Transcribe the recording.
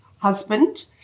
husband